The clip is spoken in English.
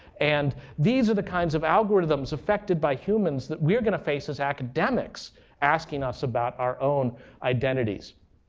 and these are the kinds of algorithms affected by humans that we are going to face as academics asking us about our own identities.